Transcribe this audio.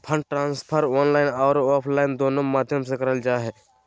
fund transfer online आर offline दोनों माध्यम से करल जा हय